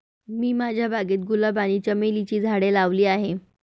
मी माझ्या बागेत गुलाब आणि चमेलीची झाडे लावली आहे